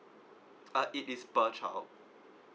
uh it is per child